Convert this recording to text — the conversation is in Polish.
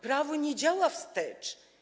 Prawo nie działa wstecz.